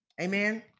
Amen